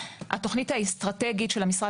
אנחנו חוששים שהתכנית האסטרטגית של המשרד